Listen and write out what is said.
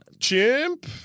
chimp